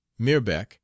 mirbeck